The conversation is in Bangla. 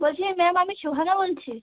বলছি ম্যাম আমি সুহানা বলছি